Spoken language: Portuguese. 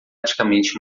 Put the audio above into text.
praticamente